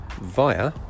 via